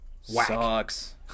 Sucks